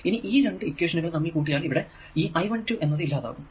ഇനി ഈ രണ്ടു ഇക്വേഷനുകൾ തമ്മിൽ കൂട്ടിയാൽ ഇവിടെ ഈ I 12 എന്നത് ഇല്ലാതാകും